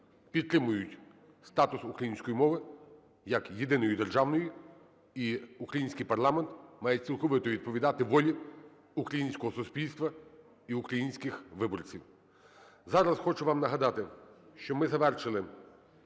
підтримують статус української мови як єдиної державної. І український парламент має цілковито відповідати волі українського суспільства і українських виборців. Зараз хочу вам нагадати, що ми завершили